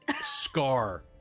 Scar